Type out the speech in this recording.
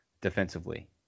Defensively